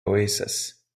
oasis